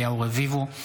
אליהו רביבו,